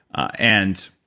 and